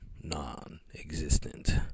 non-existent